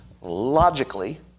logically